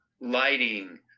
lighting